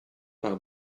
par